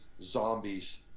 zombies